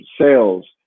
sales